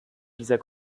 dieser